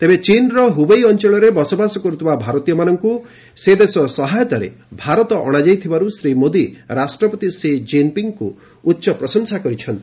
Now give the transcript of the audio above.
ତେବେ ଚୀନର ହ୍ରବେଇ ଅଞ୍ଚଳରେ ବସବାସ କର୍ରଥିବା ଭାରତୀୟମାନଙ୍କୁ ସେ ଦେଶର ସହାୟତାରେ ଭାରତ ଅଣାଯାଇଥିବାର୍ ଶ୍ରୀ ମୋଦି ରାଷ୍ଟ୍ରପତି ସି ଜିନ୍ପିଙ୍ଗଙ୍କୁ ଉଚ୍ଚ ପ୍ରଶଂସା କରିଛନ୍ତି